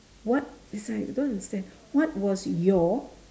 what eh sorry I don't understand what was your